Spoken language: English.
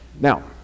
Now